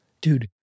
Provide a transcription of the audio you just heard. Dude